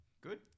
Good